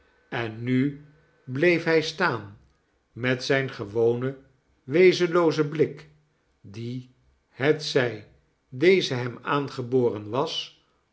en nu bleef hij staan met zijn gewonen wezenloozen blik die hetzij deze hem aangeboren was